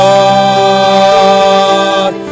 Lord